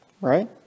Right